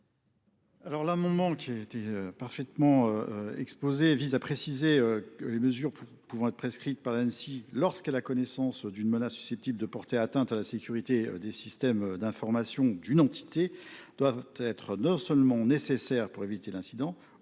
amendement, qui a été parfaitement présenté, vise à préciser que les mesures pouvant être prescrites par l’Anssi, lorsqu’elle a connaissance d’une menace susceptible de porter atteinte à la sécurité des systèmes d’information d’une entité, doivent être non seulement nécessaires pour éviter l’incident